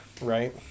right